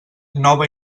nova